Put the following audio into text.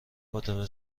فاطمه